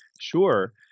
sure